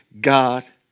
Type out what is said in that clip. God